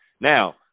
Now